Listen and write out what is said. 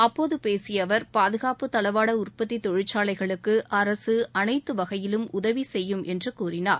அப்போது பேசிய அவர் பாதுகாப்பு தளவாட உற்பத்தி தொழிற்சாலைகளுக்கு அரசு அனைத்து வகையிலும் உதவி செய்யும் என்று கூறினார்